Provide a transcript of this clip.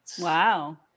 Wow